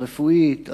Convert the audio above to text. הרפואית,